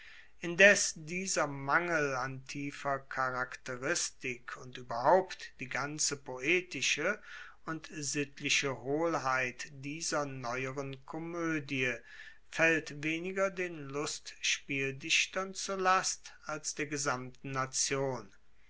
indes dieser mangel an tiefer charakteristik und ueberhaupt die ganze poetische und sittliche hohlheit dieser neueren komoedie faellt weniger den lustspieldichtern zur last als der gesamten nation